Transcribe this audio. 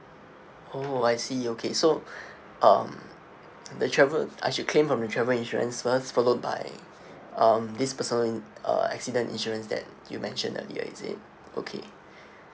oh I see okay so um the travel I should claim from the travel insurance first followed by um this personal uh accident insurance that you mentioned earlier is it okay